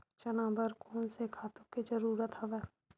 चना बर कोन से खातु के जरूरत हवय?